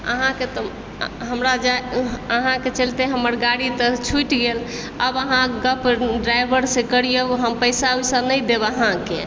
अहाँके तऽ हमरा अहाँके चलते हमर गाड़ी तऽ छुटि गेल आब अहाँ गप ड्राइवरसँ करियौ हम पैसा वैसा नहि देब अहाँके